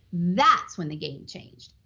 that's when the game changed.